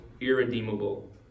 irredeemable